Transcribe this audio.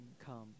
come